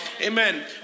Amen